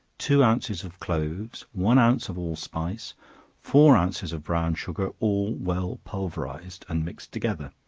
two ounces of cloves, one ounce of allspice, four ounces of brown sugar, all well pulverized, and mixed together